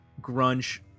grunge